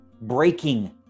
breaking